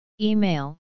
Email